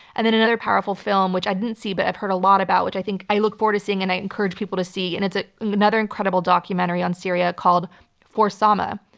and then another powerful film, which i didn't see but i've heard a lot about, which i think i look forward to seeing and i encourage people to see, and it's ah another incredible documentary on syria called for sama.